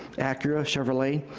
acura, chevrolet.